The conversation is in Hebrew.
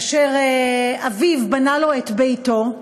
אשר אביו בנה לו את ביתו.